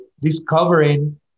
discovering